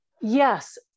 Yes